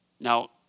Now